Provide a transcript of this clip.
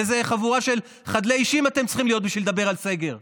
איזה חבורה של חדלי אישים אתם צריכים להיות בשביל לדבר על סגר?